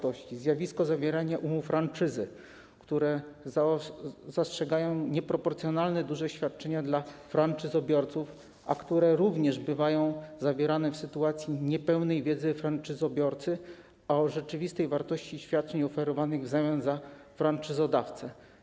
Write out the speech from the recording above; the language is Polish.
Pojawia się również zjawisko zawierania umów franczyzy, które zastrzegają nieproporcjonalne duże świadczenia dla franczyzobiorców, a które również bywają zawierane w sytuacji niepełnej wiedzy franczyzobiorcy o rzeczywistej wartości świadczeń oferowanych w zamian przez franczyzodawcę.